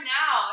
now